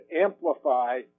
amplify